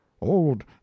old